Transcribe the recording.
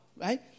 right